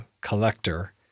collector